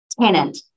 tenant